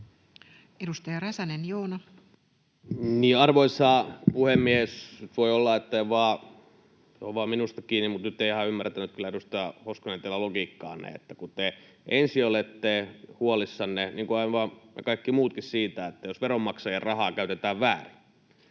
15:32 Content: Arvoisa puhemies! Nyt voi olla, että on vain minusta kiinni, mutta nyt en ihan ymmärtänyt kyllä, edustaja Hoskonen, teidän logiikkaanne. Ensin te olette huolissanne, aivan niin kuin me kaikki muutkin, siitä, jos veronmaksajien rahaa käytetään väärin.